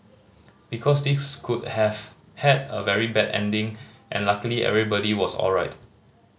because this could have had a very bad ending and luckily everybody was alright